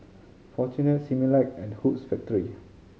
Fortune Similac and Hoops Factory